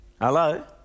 Hello